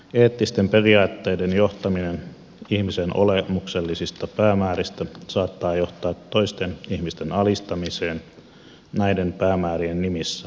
eettisten periaatteiden johtaminen ihmisen olemuksellisista päämääristä saattaa johtaa toisten ihmisten alistamiseen näiden päämäärien nimissä